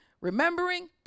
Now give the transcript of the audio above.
remembering